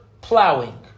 Plowing